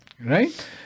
Right